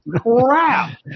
crap